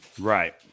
Right